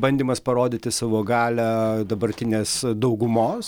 bandymas parodyti savo galią dabartinės daugumos